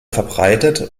verbreitet